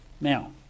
Now